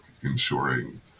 ensuring